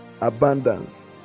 abundance